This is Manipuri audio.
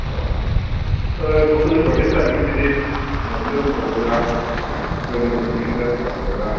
ꯍꯣꯏ ꯀꯣꯁ ꯑꯗꯨꯗꯤ ꯄ꯭ꯔꯥꯛꯇꯤꯁ ꯇꯥꯏꯃꯤꯡꯁꯤꯗꯤ ꯃꯣꯔꯅꯤꯡꯗ ꯑꯗꯨꯝ ꯇꯧꯗꯣꯏꯔꯥ ꯅꯠꯇ꯭ꯔꯒꯅ ꯏꯕꯤꯅꯤꯡꯗ ꯇꯧꯒꯗ꯭ꯔꯥ